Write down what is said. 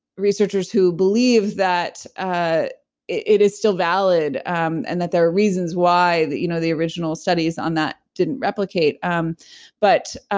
researchers who believe that ah it is still valid and that there are reasons why you know the original studies on that didn't replicate um but,